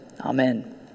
Amen